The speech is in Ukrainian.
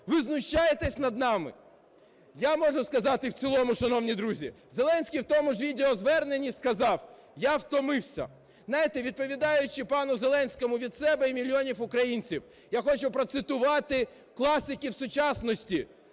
Ви знущаєтесь над нами? Я можу сказати в цілому, шановні друзі. Зеленський в тому ж відеозверненні сказав: "Я втомився". Знаєте, відповідаючи пану Зеленському від себе і мільйонів українців, я хочу процитувати класиків сучасності